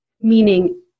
meaning